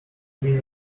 been